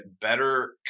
better